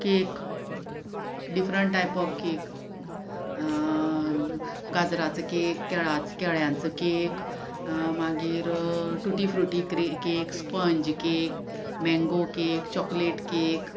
cake different type of cake गाजराचो cake केळाचो केळ्यांचो केक मागीर टूटी फ्रुटी क्री cake sponge cake mango cake chocolate cake